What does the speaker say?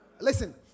Listen